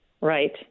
Right